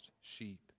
sheep